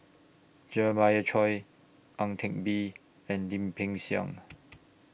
Jeremiah Choy Ang Teck Bee and Lim Peng Siang